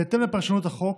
בהתאם לפרשנות החוק,